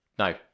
No